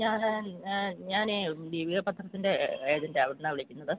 ഞാൻ ഞാൻ ദീപിക പത്രത്തിൻ്റെ ഏജൻ്റ ആണ് അവിടുന്നാണ് വിളിക്കുന്നത്